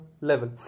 level